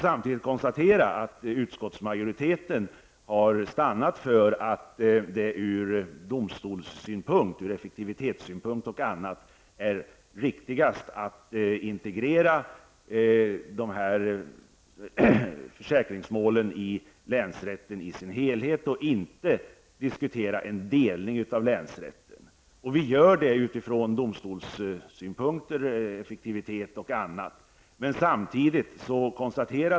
Samtidigt konstaterar jag att utskottsmajoriteten anför att det ur domstols och effektivitetssynpunkt är mest riktigt att integrera dessa försäkringsmål i länsrätten i sin helhet och inte diskutera en delning av länsrätten. Den inställningen baserar sig på vad som är bra ur domstolssynpunkt, ur effektivitetssynpunkt och annat.